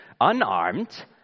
unarmed